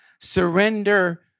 Surrender